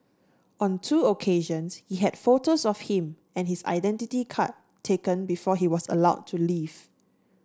on two occasions he had photos of him and his identity card taken before he was allowed to leave